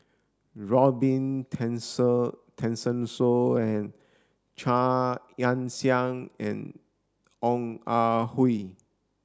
Robin Tessensohn and Chia Ann Siang and Ong Ah Hoi